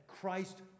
Christ